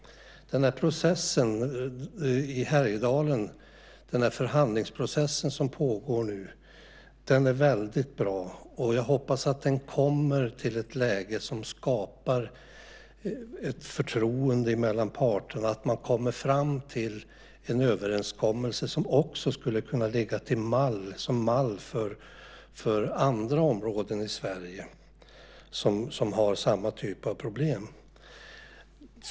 Den förhandlingsprocess som nu pågår i Härjedalen är väldigt bra. Jag hoppas att den kommer till ett läge som skapar förtroende mellan parterna och att man kommer fram till en överenskommelse som också skulle kunna tjäna som mall för andra områden i Sverige som har samma typ av problem.